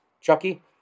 Chucky